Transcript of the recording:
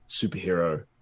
superhero